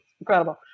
incredible